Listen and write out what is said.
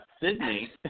Sydney